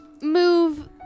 move